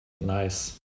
Nice